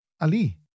ali